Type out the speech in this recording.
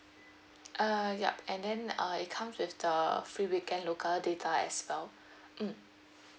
uh yup and then uh it comes with the free weekend local data as well mm